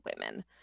women